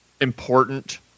important